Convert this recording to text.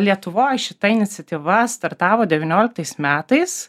lietuvoj šita iniciatyva startavo devynioliktais metais